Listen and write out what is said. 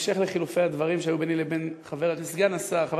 בהמשך לחילופי הדברים שהיו ביני לבין סגן השר חבר